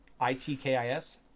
I-T-K-I-S